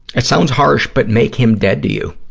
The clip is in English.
that sounds harsh, but make him dead to you.